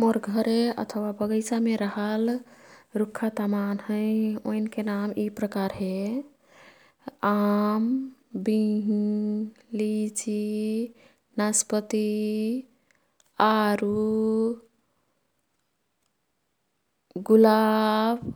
मोर् घरे अथवा बगैचामे रहल रुख्खा तमान हैं। ओईनके नाम यी प्रकार हे। आम, बिंही, लिची, नास्पति, आरु, गुलाब,